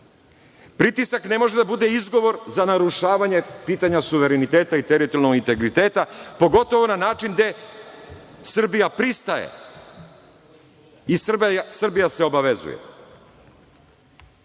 Pritisak ne može da bude izgovor za narušavanje pitanja suvereniteta i teritorijalnog integriteta, pogotovo na način gde Srbija pristaje i Srbija se obavezuje.U